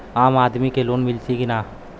आम आदमी के लोन मिली कि ना?